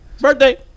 Birthday